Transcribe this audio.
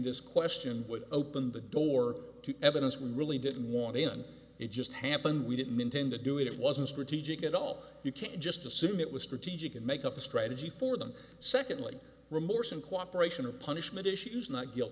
this question would open the door to evidence we really didn't want in on it just happened we didn't intend to do it it wasn't strategic at all you can't just assume it was strategic and make up a strategy for them secondly remorse and cooperation of punishment issues not guilt